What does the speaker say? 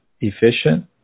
efficient